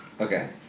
Okay